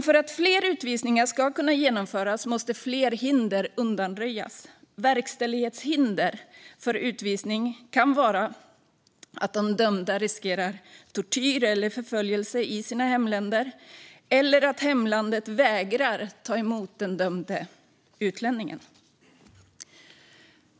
För att fler utvisningar ska kunna genomföras måste fler hinder undanröjas. Verkställighetshinder för utvisning kan vara att de dömda riskerar tortyr eller förföljelse i sina hemländer eller att hemlandet vägrar att ta emot den dömde utlänningen.